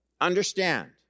Understand